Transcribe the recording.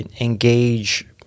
engage